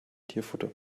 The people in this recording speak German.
tierfutter